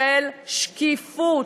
של שקיפות,